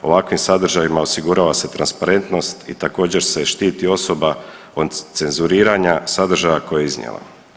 Ovakvim sadržajima osigurava se transparentnost i također se štiti osoba od cenzuriranja sadržaja koji je iznijela.